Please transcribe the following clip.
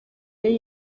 mbere